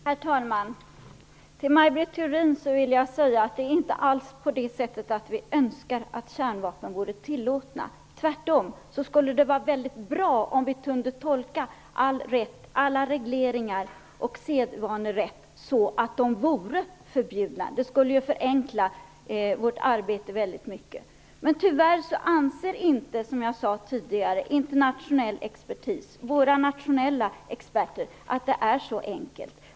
Herr talman! Det är inte alls på det sättet att vi moderater önskar att kärnvapen vore tillåtna, Maj Det skulle tvärtom vara mycket bra om vi kunde tolka all rätt, alla regleringar och sedvanerätt så, att de vore förbjudna. Det skulle förenkla vårt arbete väldigt mycket. Tyvärr anser inte, som jag tidigare sade, internationell expertis och våra nationella experter att det är så enkelt.